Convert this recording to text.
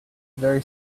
very